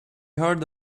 heard